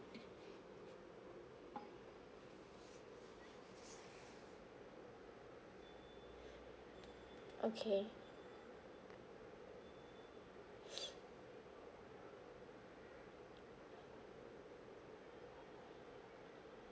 okay